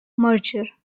merger